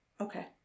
Okay